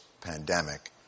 pandemic